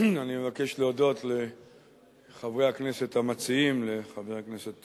אני מבקש להודות לחברי הכנסת המציעים, לחבר הכנסת